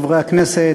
חברי הכנסת,